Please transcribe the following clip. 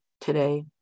today